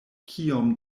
kiom